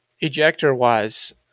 Ejector-wise